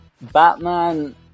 Batman